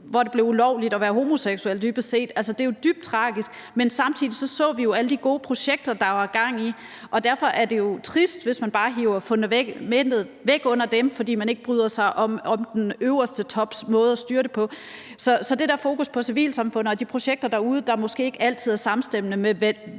gjorde det ulovligt at være homoseksuel. Det er jo dybt tragisk. Men samtidig så vi jo alle de gode projekter, der var gang i. Derfor er det jo trist, hvis man bare hiver fundamentet væk under dem, fordi man ikke bryder sig om den øverste tops måde at styre det på. Så det der fokus på civilsamfundet og de projekter derude, der måske ikke altid er samstemmende med,